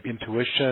intuition